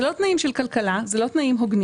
זה לא תנאים של כלכלה, זה לא תנאים הוגנים.